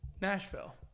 Nashville